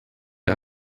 der